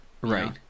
right